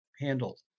handled